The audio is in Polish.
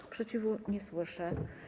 Sprzeciwu nie słyszę.